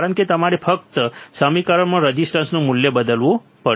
કારણ કે તમારે ફક્ત આપેલ સમીકરણમાં રેઝિસ્ટરનું મૂલ્ય બદલવું પડશે